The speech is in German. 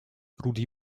rudi